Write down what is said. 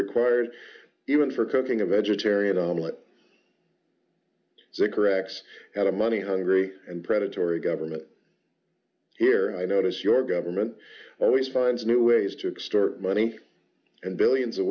required even for cooking a vegetarian omelette so incorrect that a money hungry and predatory government here i notice your government always finds new ways to extort money and billions of